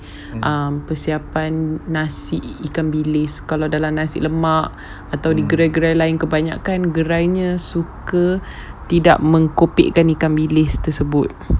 um persiapan nasi ikan bilis kalau dalam nasi lemak atau di gerai-gerai lain kebanyakan gerainya suka tidak mengopekkan ikan bilis tersebut